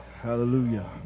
Hallelujah